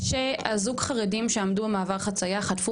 כשזוג חרגים שעמדו במעבר חצייה חטפו